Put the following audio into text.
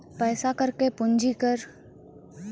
पैसा कर के पूंजी कर या इक्विटी कर भी कहलो जाय छै